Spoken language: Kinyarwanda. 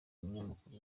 umunyamakuru